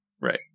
Right